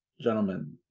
gentlemen